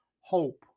hope